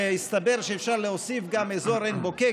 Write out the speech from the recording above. והסתבר שאפשר להוסיף גם את אזור עין בוקק,